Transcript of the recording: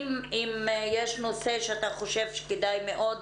אם יש נושא שאתה חושב שכדאי מאוד